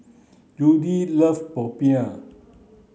Judy love Popiah